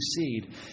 seed